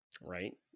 Right